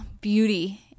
beauty